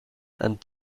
and